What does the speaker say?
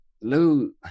Lou